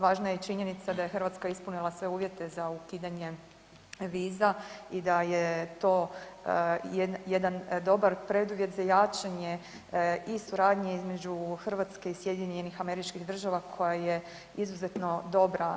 Važna je činjenica da je Hrvatska ispunila sve uvjete za ukidanje viza i da je to jedan dobar preduvjet za jačanje i suradnje između Hrvatske i SAD-a koja je izuzetno dobra.